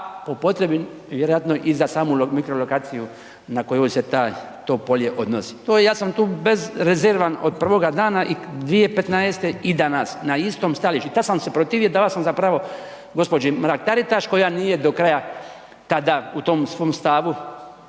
a po potrebi vjerojatno i za samu mikrolokaciju na kojoj se to polje odnosi. Ja sam tu bezrezervan od prvoga dana i 2015. i danas na istom stajalištu i tada sam se protivio i davao sam za pravo gospođi Mrak Taritaš koja nije do tada u tom svom stavu